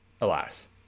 Alas